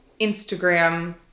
Instagram